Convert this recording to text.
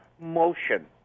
motion